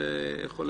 זה יכול לסבך.